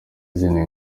izina